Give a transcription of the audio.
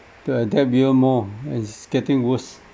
to adapt even more and it's getting worse